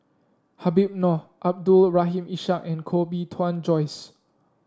Habib Noh Abdul Rahim Ishak and Koh Bee Tuan Joyce